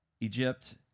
Egypt